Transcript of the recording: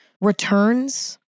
returns